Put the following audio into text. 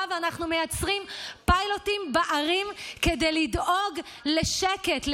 ואנחנו מייצרים פיילוטים בערים כדי לדאוג לשקט,